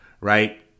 right